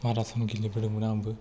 marathon गेलेबोदोंमोन आंबो